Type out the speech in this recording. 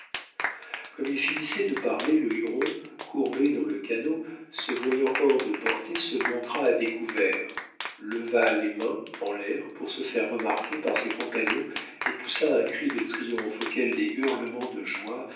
comme il finissait de parler le huron courbé dans le canot se voyant hors de portée se montra à découvert leva les mains en l'air pour se faire remarquer par ses compagnons et poussa un cri de triomphe auquel des hurlements de joie